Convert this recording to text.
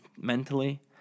mentally